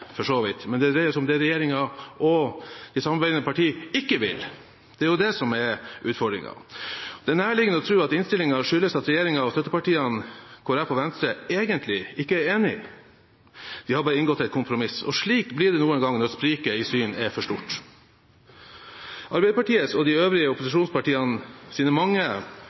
for så vidt, men om det regjeringen og de samarbeidende partiene ikke vil. Det er jo det som er utfordringen. Det er nærliggende å tro at innstillingen skyldes at regjeringen og støttepartiene Kristelig Folkeparti og Venstre egentlig ikke er enige – de har bare inngått et kompromiss – og slik blir det noen ganger når spriket i syn er for stort. Arbeiderpartiets og de øvrige opposisjonspartienes mange